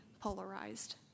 polarized